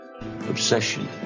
Obsession